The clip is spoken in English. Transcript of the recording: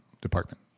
department